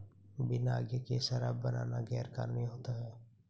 बिना आज्ञा के शराब बनाना गैर कानूनी होता है